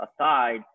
aside